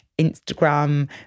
Instagram